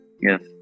yes